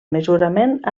mesurament